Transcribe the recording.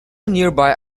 nearby